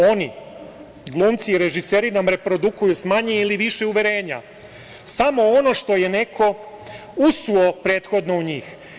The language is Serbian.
Oni, glumci i režiseri, nam reprodukuju sa manje ili više uverenja samo ono što je neko usuo prethodno u njih.